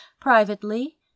Privately